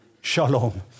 Shalom